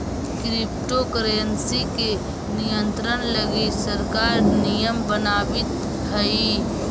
crypto currency के नियंत्रण लगी सरकार नियम बनावित हइ